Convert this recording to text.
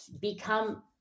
become